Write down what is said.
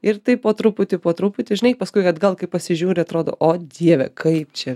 ir taip po truputį po truputį žinai paskui atgal kai pasižiūri atrodo o dieve kaip čia